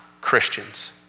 Christians